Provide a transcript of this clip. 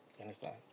understand